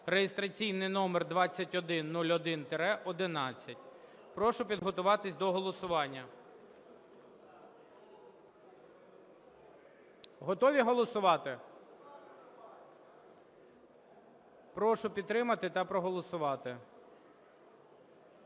(реєстраційний номер 2101-11). Прошу підготуватись до голосування. Готові голосувати? Прошу підтримати та проголосувати.